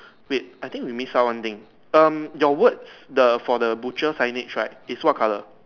wait I think we miss out one thing um your words the for the butcher signage right is what colour